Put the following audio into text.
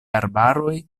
arbaroj